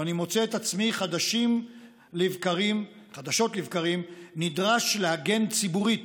ואני מוצא את עצמי חדשות לבקרים נדרש להגן ציבורית